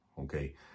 Okay